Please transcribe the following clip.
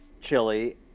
chili